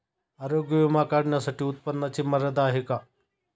आरोग्य विमा काढण्यासाठी उत्पन्नाची मर्यादा आहे का?